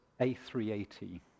A380